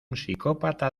psicópata